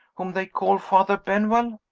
whom they call father benwell?